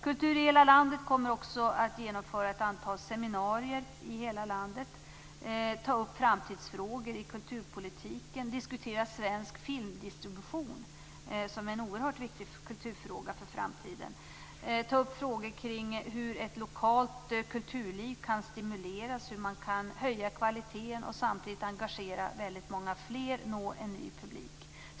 Kultur i hela landet kommer också att genomföra ett antal seminarier i hela landet. Man kommer att ta upp framtidsfrågor i kulturpolitiken, diskutera svensk filmdistribution - som är en oerhört viktig kulturfråga för framtiden - ta upp frågor om hur ett lokalt kulturliv kan stimuleras, höja kvaliteten och samtidigt engagera väldigt många fler och nå en ny publik.